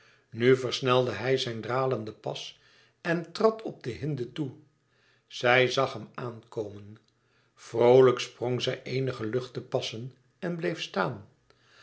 nu versnelde hij zijn dralende pas en trad op de hinde toe zij zag hem aan komen vroolijk sprong zij eenige luchte passen en bleef staan